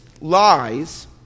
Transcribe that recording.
lies